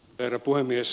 herra puhemies